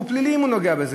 הוא פלילי אם הוא נוגע בזה.